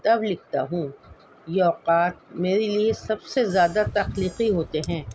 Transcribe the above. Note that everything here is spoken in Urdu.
تب لکھتا ہوں یہ اوقات میرے لیے سب سے زیادہ تخلیقی ہوتے ہیں